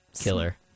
killer